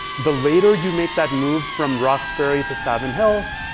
the later you make that move from roxbury to savin hill,